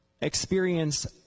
experience